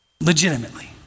legitimately